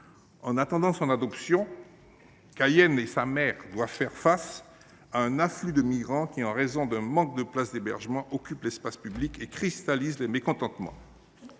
En attendant son adoption, Cayenne et sa maire doivent faire face à un afflux de migrants qui, en raison du manque de places d’hébergement, occupent l’espace public et cristallisent les mécontentements.